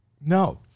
no